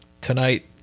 tonight